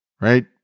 right